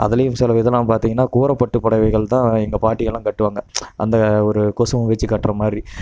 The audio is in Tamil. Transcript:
அதுலேயும் செலை இதலாம் பார்த்திங்கனா கூரைப்பட்டு புடவைகள்தான் எங்கள் பாட்டி எல்லாம் கட்டுவாங்க அந்த ஒரு கொசுவம் வச்சு கட்டுற மாதிரி